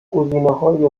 گزینههای